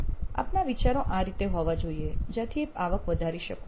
આમ આપના વિચારો આ રીતે હોવા જોઈએ જેથી આપ આવક વધારી શકો